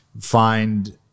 find